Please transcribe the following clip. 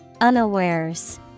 Unawares